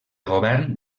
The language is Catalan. govern